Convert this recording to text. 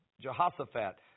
Jehoshaphat